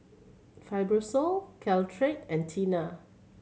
Fibrosol Caltrate and Tena